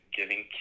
giving